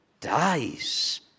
dies